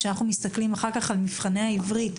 כשאנחנו מסתכלים אחר כך על מבחני העברית,